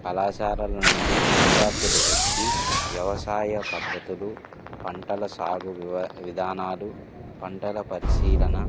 కళాశాలల నుండి విద్యార్థులు వచ్చి వ్యవసాయ పద్ధతులు పంటల సాగు వివ విధానాలు పంటల పరిశీలన